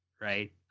right